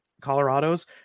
Colorado's